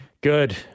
Good